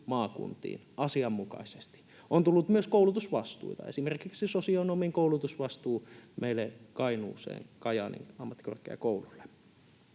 maakuntiin asianmukaisesti. On tullut myös koulutusvastuita, esimerkiksi sosionomin koulutusvastuu meille Kainuuseen Kajaanin ammattikorkeakoululle.